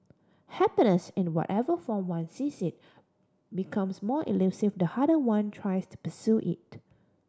happiness in whatever form one sees it becomes more elusive the harder one tries to pursue it